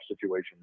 situation